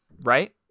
Right